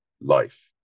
life